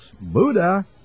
Buddha